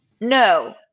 No